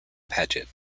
paget